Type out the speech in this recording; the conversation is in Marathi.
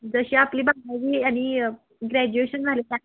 जशी आपली बारावी आणि ग्रॅज्युएशन झाले